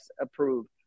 approved